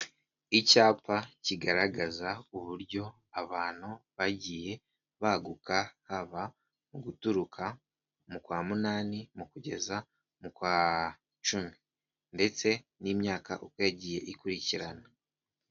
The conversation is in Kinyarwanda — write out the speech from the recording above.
Icyapa kigaragaza uburyo abantu bagiye baguka haba mu guturuka mu kwa munani mu kugeza mu kwa cumi, ndetse n'imyaka uko yagiye ikurikirana.